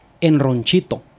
Enronchito